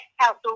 council